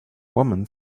woman